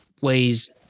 ways –